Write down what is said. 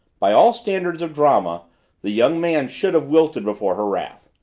by all standards of drama the young man should have wilted before her wrath,